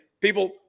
people